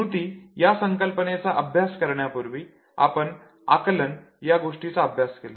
स्मृती या संकल्पनेचा अभ्यास करण्यापूर्वी आपण आकलन या गोष्टीचा अभ्यास केला